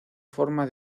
forma